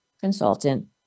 consultant